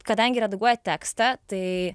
kadangi redaguoja tekstą tai